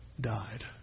died